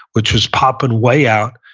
which was popping way out,